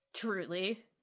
Truly